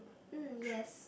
mm yes